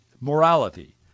morality